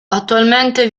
attualmente